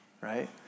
right